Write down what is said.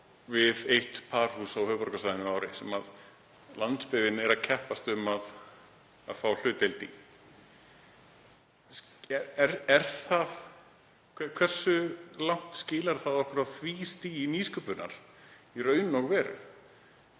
við eitt parhús á höfuðborgarsvæðinu á ári sem landsbyggðin er að keppast um að fá hlutdeild í. Hversu langt skilar það okkur á því stigi nýsköpunar í raun og veru?